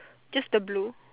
just the blue